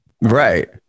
right